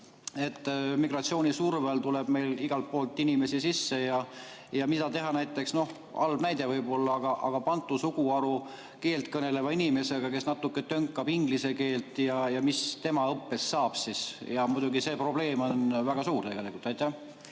et migratsioonisurve all tuleb meile igalt poolt inimesi sisse. Mida teha näiteks, halb näide võib-olla, aga bantu suguharu keelt kõneleva inimesega, kes natuke tönkab inglise keelt? Ja mis tema õppest saab siis? Muidugi see probleem on väga suur tegelikult. Aitäh!